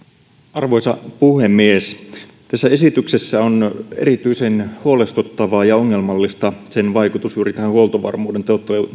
arvoisa puhemies tässä esityksessä on erityisen huolestuttavaa ja ongelmallista sen vaikutus huoltovarmuuden